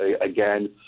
again